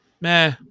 meh